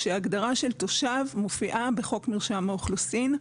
כשההגדרה של תושב מופיעה בחוק מרשם האוכלוסין,